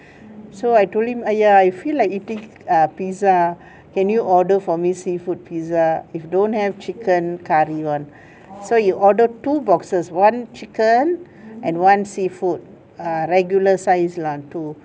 so I told him !aiya! I feel like eating err pizza can you order for me seafood pizza if don't have chicken curry one so he order two boxes one chicken and one seafood err regular size lah two